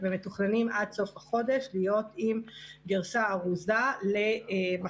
ומתוכננים עד סוף החודש להיות עם גרסה ארוזה למכשירי